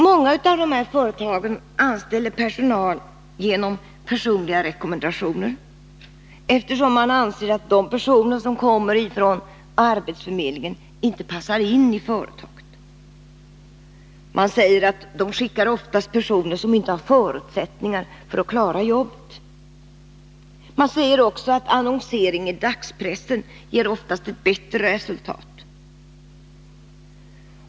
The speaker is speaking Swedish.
Många av dessa företag anställer personal genom personliga rekommendationer, eftersom man anser att de personer som kommer från arbetsförmedlingen inte passar in i företaget. Man säger: De skickar ofta personer som inte har förutsättningar för att klara jobbet. Man säger också: Annonsering i dagspressen ger oftast bättre resultat.